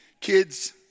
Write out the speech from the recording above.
Kids